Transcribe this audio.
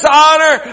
honor